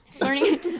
learning